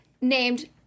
named